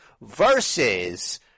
versus